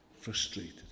frustrated